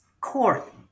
court